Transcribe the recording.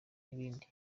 n’ibindi